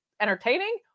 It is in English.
entertaining